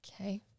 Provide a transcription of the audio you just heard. Okay